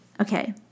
okay